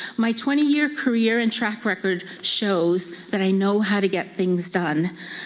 my twenty year career and track record shows that i know how to get things done.